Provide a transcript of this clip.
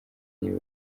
y’i